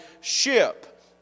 ship